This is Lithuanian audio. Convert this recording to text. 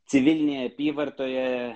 civilinėje apyvartoje